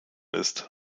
ist